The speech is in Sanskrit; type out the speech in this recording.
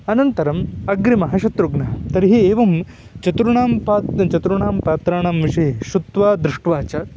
अनन्तरम् अग्रिमः शत्रुघ्नः तर्हि एवं चतुर्णां पात् चतुर्णां पात्राणां विषये शृत्वा दृष्ट्वा च